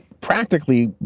practically